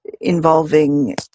involving